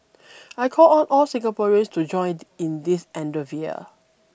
I call on all Singaporeans to join in this endeavour